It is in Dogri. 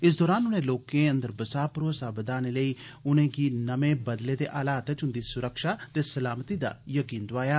इस दौरान उनें लोकें अंदर बसाह भरोसा पैदा करने लेई उनें'गी नमें बदले दे हालात च उंदी सुरक्षा ते सलामती दा यकीन दोआया